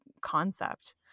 concept